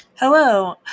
Hello